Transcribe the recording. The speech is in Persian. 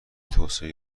توسعه